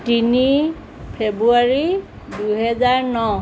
তিনি ফেব্ৰুৱাৰী দুহেজাৰ ন